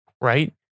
right